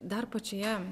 dar pačioje